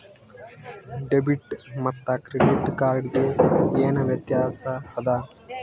Debit ಮತ್ತ credit card ಗೆ ಏನ ವ್ಯತ್ಯಾಸ ಆದ?